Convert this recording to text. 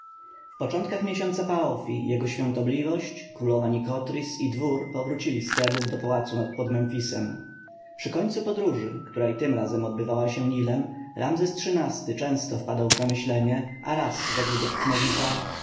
początkach miesiąca paofi jego świątobliwość królowa nikotris i dwór powrócili z tebów do pałacu pod memfisem przy końcu podróży która i tym razem odbywała się nilem ramzes xiii-ty często wpadał w zamyślenie a raz rzekł do tutmozisa